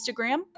Instagram